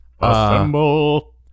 assemble